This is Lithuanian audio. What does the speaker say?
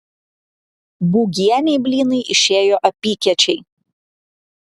būgienei blynai išėjo apykiečiai